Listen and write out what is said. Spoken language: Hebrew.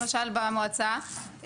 למשל במועצה,